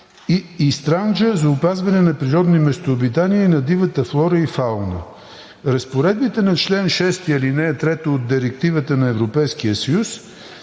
„Странджа“ за опазване на природни местообитания на дивата флора и фауна. Разпоредбите на чл. 6, ал. 3 от Директивата на Европейския съюз